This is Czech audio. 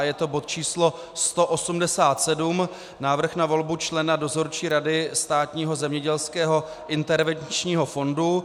Je to bod číslo 187 Návrh na volbu člena Dozorčí rady Státního zemědělského intervenčního fondu.